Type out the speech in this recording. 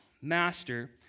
master